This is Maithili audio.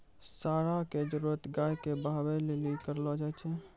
साँड़ा के जरुरत गाय के बहबै लेली करलो जाय छै